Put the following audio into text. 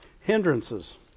Hindrances